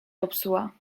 popsuła